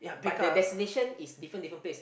but the destination is different different place